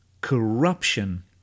corruption